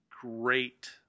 great